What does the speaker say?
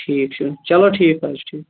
ٹھیٖک چھُ چلو ٹھیٖک حظ چھُ ٹھیٖک